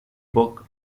book